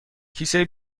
کیسه